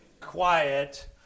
quiet